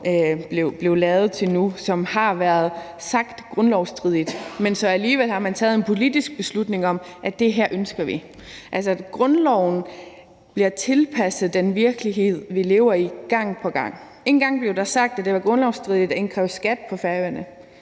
blev lavet, til nu, som det er blevet sagt er grundlovsstridige, men alligevel har man så taget en politisk beslutning om, at det ønsker man. Altså, grundloven bliver tilpasset den virkelighed, vi lever i, gang på gang. Engang blev det sagt, at det var grundlovsstridigt at indkræve skat på Færøerne;